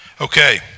Okay